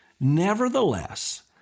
Nevertheless